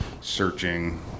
searching